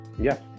Yes